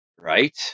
Right